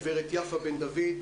גב' יפה בן דוד.